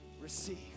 receive